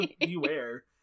Beware